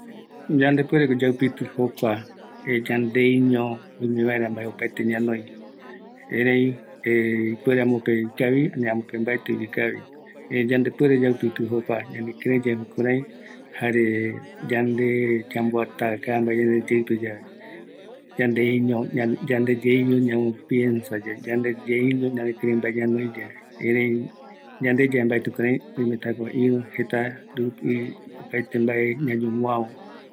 ﻿Ñandepuereko yaupitɨ jokua yandeiño, oime vaera mbae opaete ñanoi, erei ipuere amope ikavi, erei amope mbaetivi ikavi yandepuere yaupiti jokua, ñenekirei yae jokurai yande yamboataka mbae yande yeipe yave, yandeiño, yandeyeiño, ñamopiensayae, yande yeiño mbae ñanoiyae, erei yande yae mbaeti kurai oimetako jeta rupi opaete mbae ñañomoavo